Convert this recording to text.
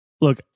Look